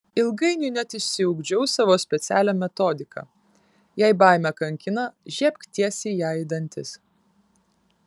ilgainiui net išsiugdžiau savo specialią metodiką jei baimė kankina žiebk tiesiai jai į dantis